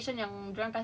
I'm hoping to